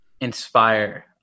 inspire